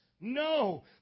No